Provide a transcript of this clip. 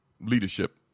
leadership